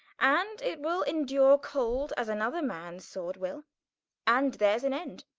and it will endure cold, as another mans sword will and there's an end